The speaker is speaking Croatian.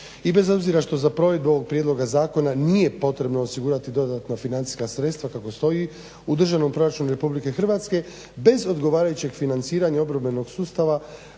I bez obzira što za provedbu ovog prijedloga zakona nije potrebno osigurati dodatna financijska sredstva kako stoji u državnom proračunu Republike Hrvatske bez odgovarajućeg financiranja obrambenog sustava